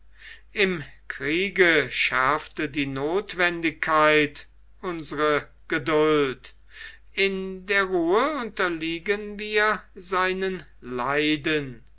im kriege schärfte die notwendigkeit unsere geduld in der ruhe unterliegen wir seinen leiden